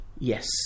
Yes